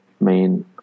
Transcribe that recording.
main